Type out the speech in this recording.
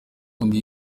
ubundi